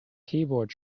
keyboard